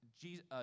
Jesus